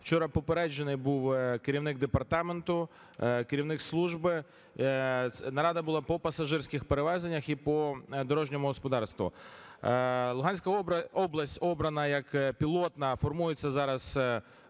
Вчора попереджений був керівник департаменту, керівник служби. Нарада була по пасажирських перевезеннях і по дорожньому господарству. Луганська область обрана як пілотна, формується зараз